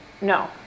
No